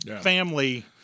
family –